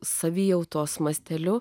savijautos masteliu